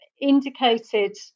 indicated